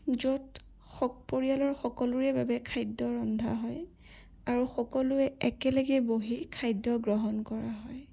য'ত পৰিয়ালৰ সকলোৰে বাবে খাদ্য ৰন্ধা হয় আৰু সকলোৱে একেলগে বহি খাদ্য গ্ৰহণ কৰা হয়